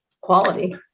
quality